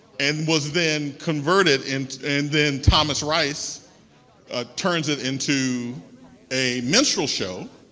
and was then converted. and and then thomas rice ah turns it into a minstrel show,